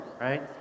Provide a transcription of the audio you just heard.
right